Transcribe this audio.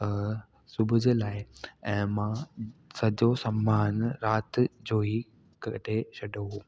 सुबुह जे लाइ ऐं मां सॼो सामानु राति जो ई कढी छॾियो हुओ